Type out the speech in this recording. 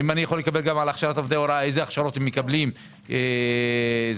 בין אם זה עובדי הוראה חדשים ואז התקציב מיועד עבור המכללות